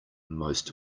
most